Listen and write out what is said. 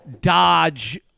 dodge